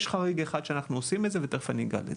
יש חריג אחד שאנחנו עושים את זה, ותכף אגע בזה.